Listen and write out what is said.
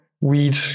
weed